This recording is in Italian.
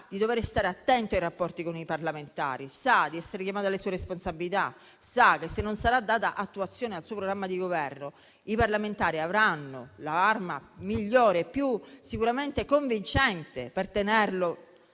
di dover stare attento ai rapporti con i parlamentari, sa di essere chiamato alle sue responsabilità, sa che, se non sarà data attuazione al suo programma di Governo, i parlamentari avranno l'arma migliore e sicuramente più convincente per tenerlo